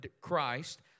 Christ